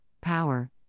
power